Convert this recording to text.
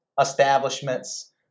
establishments